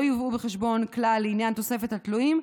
יובאו בחשבון כלל לעניין תוספת התלויים,